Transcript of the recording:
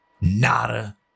nada